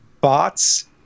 bots